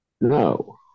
No